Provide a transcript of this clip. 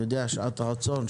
שעת רצון.